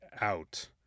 out